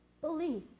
believe